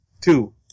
two